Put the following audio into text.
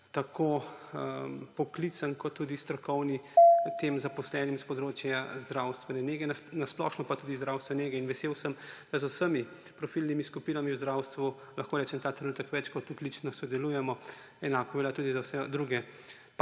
tako poklicen kot tudi strokovni, tem zaposlenim z zdravstvenega področja na splošno, pa tudi zdravstvene nege. Vesel sem, da z vsemi profitnimi skupinami v zdravstvu, lahko rečem, ta trenutek več kot odlično sodelujemo, enako velja tudi za vse druge